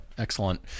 Excellent